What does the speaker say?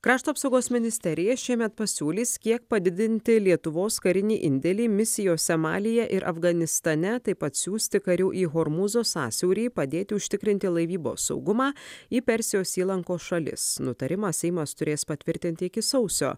krašto apsaugos ministerija šiemet pasiūlys kiek padidinti lietuvos karinį indėlį misijose malyje ir afganistane taip pat siųsti karių į hormūzo sąsiaurį padėti užtikrinti laivybos saugumą į persijos įlankos šalis nutarimą seimas turės patvirtinti iki sausio